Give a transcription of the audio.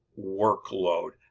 workload.